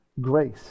Grace